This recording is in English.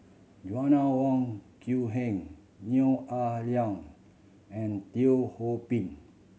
Joanna Wong Quee Heng Neo Ah Luan and Teo Ho Pin